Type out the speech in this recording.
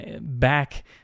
back